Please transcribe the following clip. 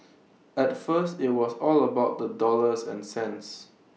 at first IT was all about the dollars and cents